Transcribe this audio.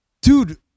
dude